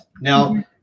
Now